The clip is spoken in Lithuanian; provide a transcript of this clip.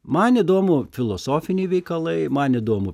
man įdomu filosofiniai veikalai man įdomu